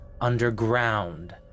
underground